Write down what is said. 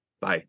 Bye